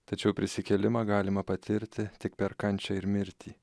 tačiau prisikėlimą galima patirti tik per kančią ir mirtį